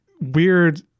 weird